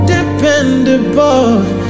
Dependable